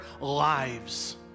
lives